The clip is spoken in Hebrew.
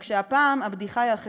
רק שהפעם הבדיחה היא על חשבוננו,